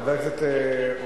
חבר הכנסת רותם,